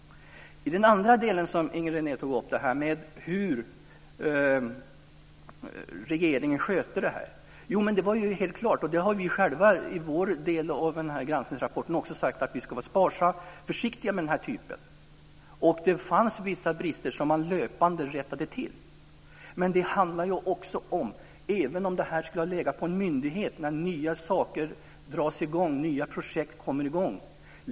I den andra delen tog Inger René upp hur regeringen skötte detta. Det var ju helt klart. Vi har själva i vår del av granskningsrapporten sagt att vi ska vara försiktiga med den här typen av ärenden. Det fanns vissa brister som man löpande rättade till. Men det handlar också om situationen när nya projekt dras i gång.